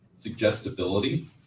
Suggestibility